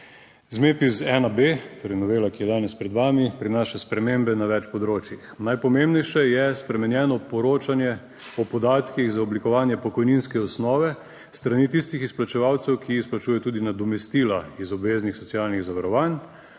ZMEPIZ1B, torej, novela, ki je danes pred vami, prinaša spremembe na več področjih. Najpomembnejše je spremenjeno poročanje o podatkih za oblikovanje pokojninske osnove s strani tistih izplačevalcev, ki izplačujejo tudi nadomestila iz obveznih socialnih zavarovanj.